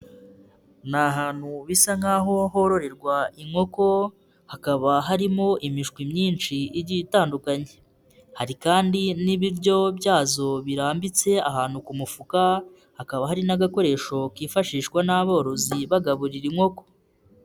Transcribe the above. Ni ahantutu bisa nk'aho hororerwa inkoko, hakaba harimo imishwi myinshi igiye itandukanye, hari kandi n'ibiryo byazo birambitse ahantu ku mufuka, hakaba hari n'agakoresho kifashishwa n'aborozi bagaburira inkoko.